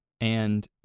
And-